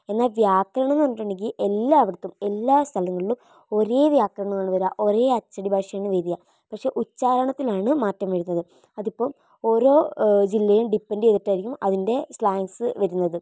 എന്നാല് വ്യാകരണം എന്ന് പറഞ്ഞിട്ടുണ്ടെങ്കില് എല്ലായിടത്തും എല്ലാ സ്ഥലങ്ങളിലും ഒരേ വ്യാകരണമാണ് വരിക ഒരേ അച്ചടി ഭാഷയാണ് വരുക പക്ഷെ ഉച്ചാരണത്തിലാണ് മാറ്റം വരുന്നത് അതിപ്പം ഓരോ ജില്ലയും ഡിപ്പെൻ്റ് ചെയ്തിട്ടായിരിക്കും അതിൻ്റെ സ്ലാങ്ങ്സ് വരുന്നത്